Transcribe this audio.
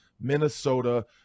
Minnesota